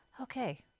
okay